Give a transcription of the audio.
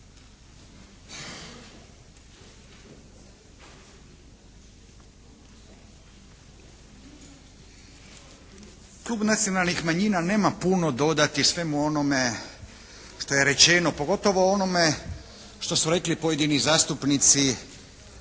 Klub Nacionalnih manjina nema puno dodati svemu onome što je rečeno, pogotovo onome što su rekli pojedini zastupnici